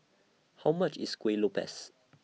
How much IS Kueh Lopes